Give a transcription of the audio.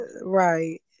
right